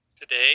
Today